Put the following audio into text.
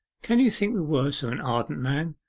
can you think the worse of an ardent man,